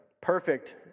perfect